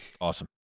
Awesome